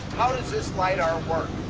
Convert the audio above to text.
how does this lidar work?